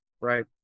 Right